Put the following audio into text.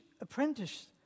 apprentice